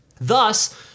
Thus